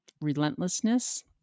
relentlessness